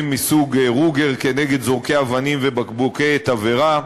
מסוג "רוגר" כנגד זורקי אבנים ובקבוקי תבערה,